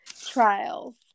trials